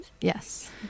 Yes